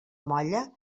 molla